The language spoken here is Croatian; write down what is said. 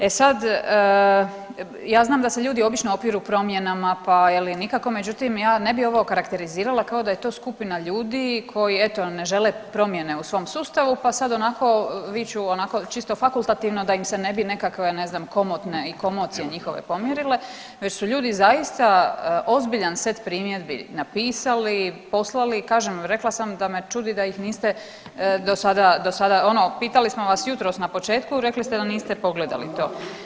E sad, ja znam da se ljudi obično opiru promjenama, pa je li, nikako, međutim, ja ne bih ovo okarakterizirala kao da je to skupina ljudi koji eto, ne žele promjene u svom sustavu pa sad, onako, viču onako, čisto fakultativno da im se ne bi nekakve, ne znam, komotne i komocije njihove pomjerile, već su ljudi zaista ozbiljan set primjedbi napisali, poslali i kažem, rekla sam da me čudi da ih niste do sada, ono, pitali smo vas jutros na početku, rekli ste da niste pogledali to.